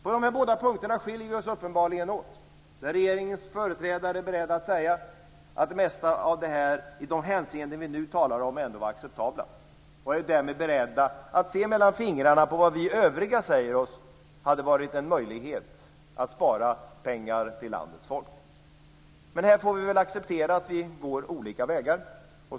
På de här båda punkterna skiljer vi oss uppenbarligen åt. Regeringens företrädare är beredda att säga att det mesta av det här, i de hänseenden vi nu talar om, ändå var acceptabelt. De är därmed beredda att se mellan fingrarna med detta. Vi övriga säger oss att det hade varit en möjlighet att spara pengar till landets folk. Men här får vi väl acceptera att vi går olika vägar.